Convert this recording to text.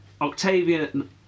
Octavian